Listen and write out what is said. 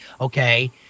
okay